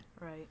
Right